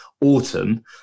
autumn